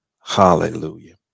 Hallelujah